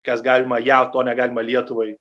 kas galima jav to negalima lietuvai